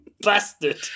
Bastard